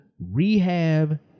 rehab